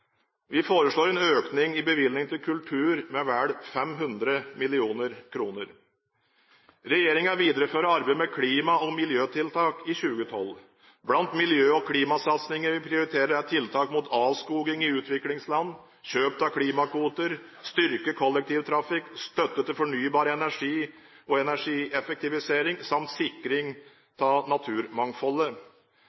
Vi foreslår en økning i bevilgningene til kultur med vel 500 mill. kr. Regjeringen viderefører arbeidet med klima- og miljøtiltak i 2012. Blant miljø- og klimasatsingene vi prioriterer, er tiltak mot avskoging i utviklingsland, kjøp av klimakvoter, styrket kollektivtrafikk, støtte til fornybar energi og energieffektivisering samt sikring